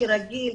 כרגיל,